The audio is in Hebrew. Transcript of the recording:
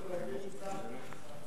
הוא נמצא פה.